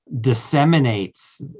Disseminates